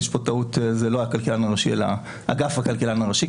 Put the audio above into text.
יש כאן טעות כי זה לא הכלכלן הראשי אלא אגף הכלכלן הראשי,